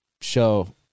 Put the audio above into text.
show